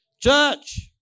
church